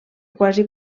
quasi